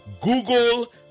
Google